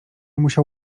musiał